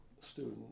student